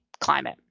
climate